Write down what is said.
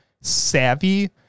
savvy